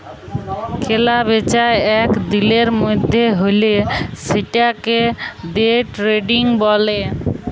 কেলা বেচা এক দিলের মধ্যে হ্যলে সেতাকে দে ট্রেডিং ব্যলে